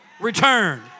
return